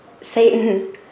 Satan